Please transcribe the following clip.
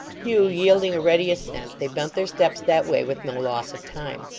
hugh yielding a ready assent, they bent their steps that way with no loss of time.